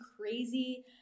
crazy